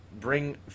bring